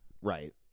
Right